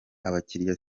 abakiriya